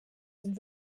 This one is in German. sind